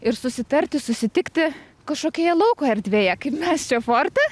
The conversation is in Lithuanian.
ir susitarti susitikti kažkokioje lauko erdvėje kaip mes čia forte